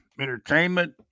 entertainment